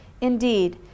Indeed